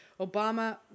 Obama